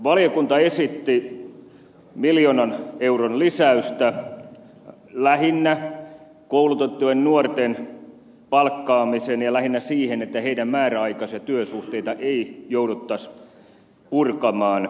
valiokunta esitti miljoonan euron lisäystä lähinnä koulutettujen nuorten palkkaamiseen ja lähinnä siihen että heidän määräaikaisia työsuhteitaan ei jouduttaisi purkamaan